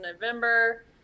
November